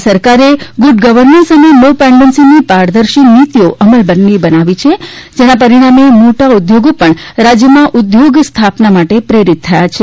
રાજ્ય સરકારે good governance અને નો પેન્ડન્સીની પારદર્શી નીતિઓ અમલી બનાવી છે તેના પરિણામે મોટા ઊદ્યોગો પણ રાજ્યમાં ઊદ્યોગ સ્થાપના માટે પ્રેરિત થયા છે